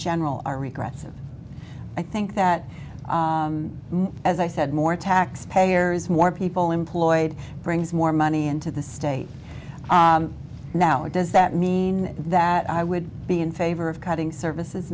general are regrets and i think that as i said more taxpayers more people employed brings more money into the state now does that mean that i would be in favor of cutting services